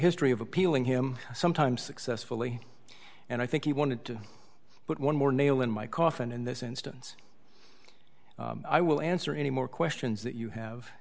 history of appealing him sometimes successfully and i think he wanted to put one more nail in my coffin in this instance i will answer any more questions that you have